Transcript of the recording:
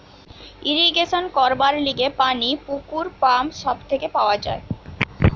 irrigation করবার লিগে পানি পুকুর, পাম্প সব থেকে পাওয়া যায়